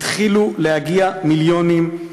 התחילו להגיע מיליונים.